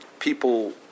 People